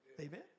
Amen